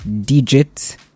digit